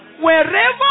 wherever